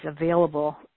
available